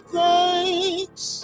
thanks